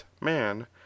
man